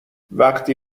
وقتی